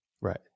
Right